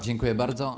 Dziękuję bardzo.